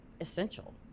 essential